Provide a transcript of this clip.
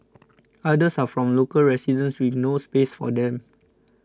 others are from local residents with no space for them